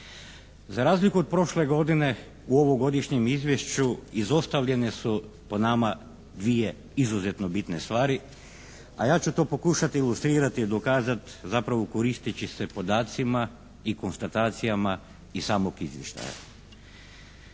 Za razliku od prošle godine u ovom godišnjem izvješću izostavljane su po nama dvije izuzetno bitne stvari, a ja ću to pokušati ilustrirati i dokazati zapravo koristeći se podacima i konstatacijama iz samog izvještaja.